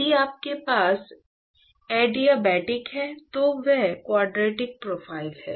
यदि आपके पास अड़िअबाटिक है तो वह क्वाड्रटिक प्रोफ़ाइल है